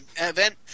event